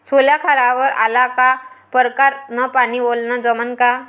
सोला खारावर आला का परकारं न पानी वलनं जमन का?